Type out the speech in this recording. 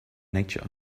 nature